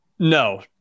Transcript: No